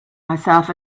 myself